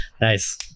nice